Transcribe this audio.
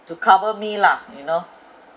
to cover me lah you know